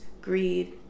greed